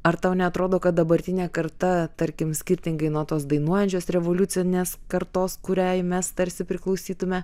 ar tau neatrodo kad dabartinė karta tarkim skirtingai nuo tos dainuojančios revoliucinės kartos kuriai mes tarsi priklausytume